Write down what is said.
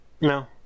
no